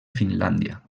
finlàndia